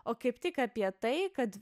o kaip tik apie tai kad